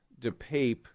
DePape